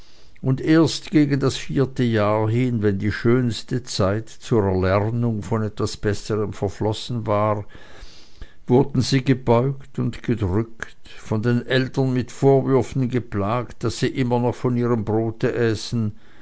und erst gegen das vierte jahr hin wenn die schönste zeit zur erlernung von etwas besserm verflossen war wurden sie gebeugt und gedrückt von den eltern mit vorwürfen geplagt daß sie immer noch von ihrem brote äßen